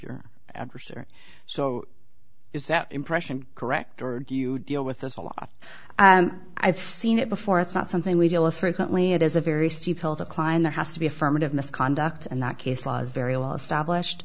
your research so is that impression correct or do you deal with this a lot i've seen it before it's not something we deal with frequently it is a very steep hill to climb there has to be affirmative misconduct in that case law is very well established